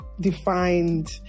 defined